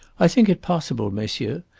i think it possible, messieurs,